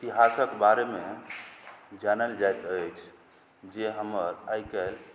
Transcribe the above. इतिहासक बारेमे जानल जाइत अछि जे हमर आइ काल्हि